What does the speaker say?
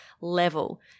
level